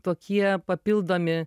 tokie papildomi